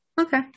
okay